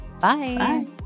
Bye